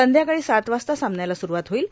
संध्याकाळी सात वाजता सामन्याला सुरुवात होईल